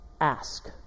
Ask